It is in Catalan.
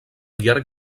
llarg